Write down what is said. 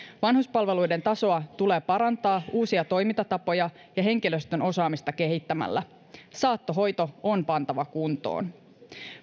vanhuspalveluiden tasoa tulee parantaa uusia toimintatapoja ja henkilöstön osaamista kehittämällä saattohoito on pantava kuntoon